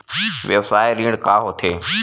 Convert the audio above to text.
व्यवसाय ऋण का होथे?